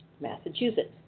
Massachusetts